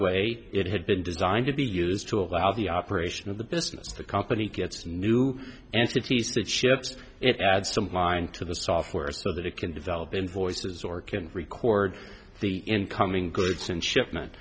way it had been designed to be used to allow the operation of the business the company gets new entities that shipped it adds to mind to the software so that it can develop invoices or can record the incoming goods and shipment